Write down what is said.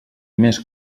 més